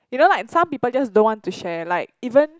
you know like some people just don't want to share like even